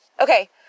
Okay